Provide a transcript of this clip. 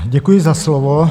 Děkuji za slovo.